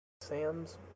Sam's